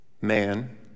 man